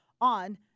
on